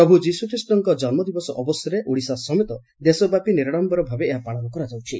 ପ୍ରଭୁ ଯିଶୁଖ୍ରୀଷଙ୍କ ଜନ୍ମଦିନ ଅବସରରେ ଓଡ଼ିଶା ସମେତ ଦେଶବ୍ୟାପୀ ନିରାଡମ୍ୟର ଭାବେ ଏହା ପାଳିତ ହେଉଛି